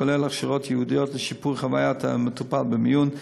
כולל הכשרות ייעודיות לשיפור חוויית המטופל במיון,